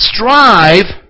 Strive